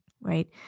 Right